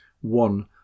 one